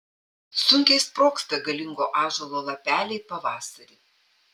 sunkiai sprogsta galingo ąžuolo lapeliai pavasarį